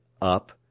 up